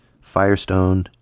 Firestone